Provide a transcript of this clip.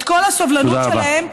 את כל הסובלנות שלהם,